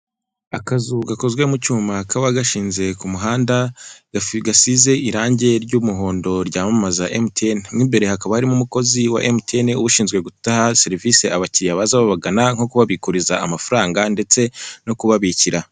Akazu gakozwe mu cyuma kaba gashinze ku muhanda gafu gasize irangi ry'umuhondo ryamamaza emutiyene hakaba harimo umukozi wa emutiyene ushinzwe gutanga serivisi, abakiriya baza babagana nko kubikuza amafaranga ndetse no kubabikira.